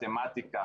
מתמטיקה,